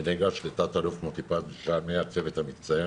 וניגש לתת אלוף מוטי פז, שהיה מהצוות המצטיין.